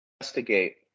investigate